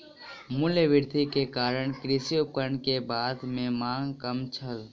मूल्य वृद्धि के कारण कृषि उपकरण के बाजार में मांग कम छल